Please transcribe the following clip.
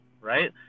right